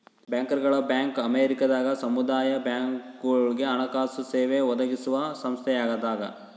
ಬ್ಯಾಂಕರ್ಗಳ ಬ್ಯಾಂಕ್ ಅಮೇರಿಕದಾಗ ಸಮುದಾಯ ಬ್ಯಾಂಕ್ಗಳುಗೆ ಹಣಕಾಸು ಸೇವೆ ಒದಗಿಸುವ ಸಂಸ್ಥೆಯಾಗದ